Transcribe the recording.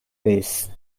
faced